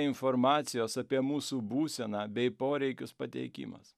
informacijos apie mūsų būseną bei poreikius pateikimas